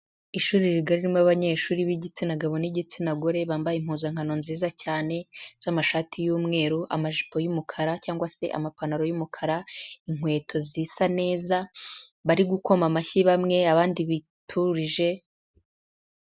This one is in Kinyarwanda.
Ishuri rigari ririmo abanyeshuri b'igitsina gabo n'igitsina gore, bambaye impuzankano nziza cyane, z'amashati y'umweru, amajipo y'umukara, cyangwa se amapantaro y'umukara, inkweto zisa neza, bari gukoma amashyi bamwe, abandi biturije.